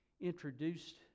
introduced